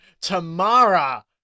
Tamara